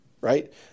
right